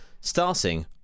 starting